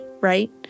right